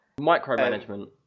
Micromanagement